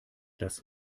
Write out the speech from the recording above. das